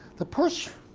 the push